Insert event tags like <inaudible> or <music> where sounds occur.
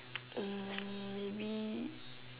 <noise> hmm maybe